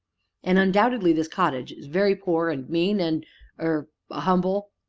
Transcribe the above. and, undoubtedly, this cottage is very poor and mean, and er humble?